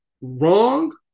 wrong